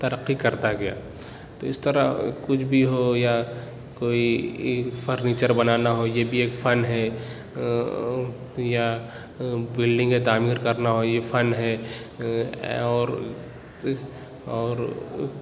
ترقی کرتا گیا تو اِس طرح کچھ بھی ہو یا کوئی فرنیچر بنانا ہو یہ بھی ایک فن ہے یا بلڈگیں تعمیر کرنا ہو یہ فن ہے اور اور